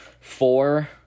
Four